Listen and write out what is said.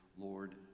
Lord